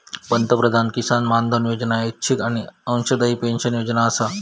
पंतप्रधान किसान मानधन योजना ऐच्छिक आणि अंशदायी पेन्शन योजना आसा